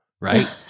right